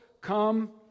Come